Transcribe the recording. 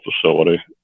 facility